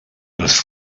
les